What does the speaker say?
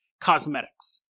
cosmetics